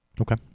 okay